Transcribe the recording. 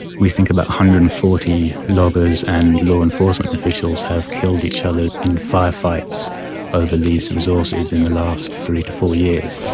we think about one hundred and forty loggers and law enforcement officials have killed each other in fire fights over these resources in the last three to four years.